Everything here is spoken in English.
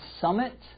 Summit